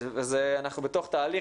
אנחנו בתוך תהליך.